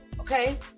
Okay